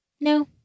No